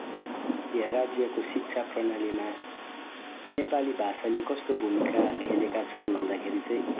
या राज्यको शिक्षा प्रणालीमा नेपाली भाषाले कस्तो भूमिका खेलेका छन् भन्दाखेरि चाहिँ